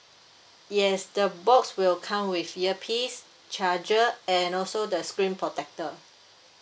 yes the box will come with earpiece charger and also the screen protector